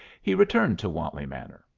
he returned to wantley manor,